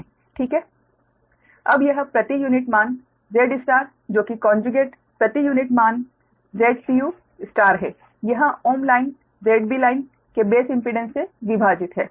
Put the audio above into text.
संदर्भ स्लाइड देखें 2210 अब यह प्रति यूनिट मान Z जो कि कोंजुगेट प्रति यूनिट मान है यह ओम लाइन ZBline के बेस इम्पीडेंस से विभाजित है